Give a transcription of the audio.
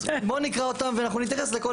אז בואו נקרא אותם ואנחנו נתייחס לכל